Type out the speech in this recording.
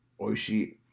Oishi